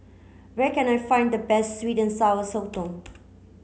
where can I find the best sweet and sour Sotong